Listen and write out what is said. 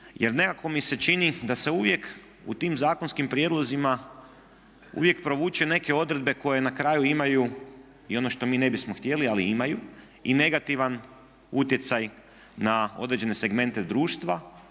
jer nekako mi se čini da se uvijek u tim zakonskim prijedlozima uvijek provuku neke odredbe koje na kraju imaju i ono što mi ne bismo htjeli, ali imaju i negativan utjecaj na određene segmente društva.